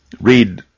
read